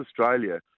Australia